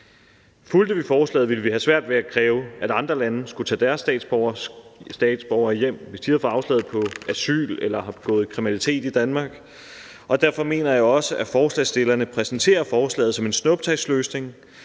Fulgte vi forslaget, ville vi have svært ved at kræve, at andre lande skulle tage deres statsborgere hjem, hvis de havde fået afslag på asyl eller havde begået kriminalitet i Danmark. Forslagsstillerne præsenterer forslaget som en snuptagsløsning,